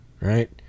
right